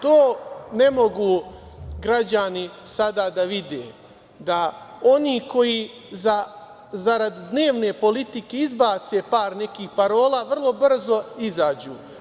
To ne mogu građani sada da vide, da oni koji zarad dnevne politike izbace par nekih parola, vrlo brzo izađu.